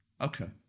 okay